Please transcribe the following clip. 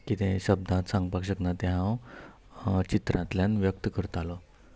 कितें शब्दांत सांगपाक शकना तें हांव चित्रांतल्यान व्यक्त करतालो